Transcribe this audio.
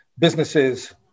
Businesses